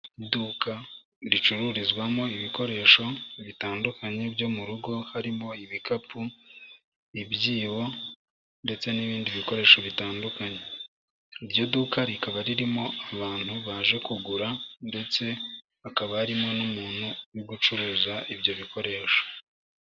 Iduka ricururizwamo ibikoresho bitandukanye byo mu rugo harimo: ibikapu, ibyibo ndetse n'ibindi bikoresho bitandukanye. Iryo duka rikaba ririmo abantu baje kugura ndetse hakaba harimo n'umuntu uri gucuruza ibyo bikoresho.